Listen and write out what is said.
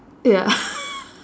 ya